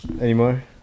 Anymore